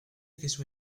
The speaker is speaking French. question